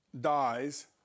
dies